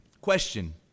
Question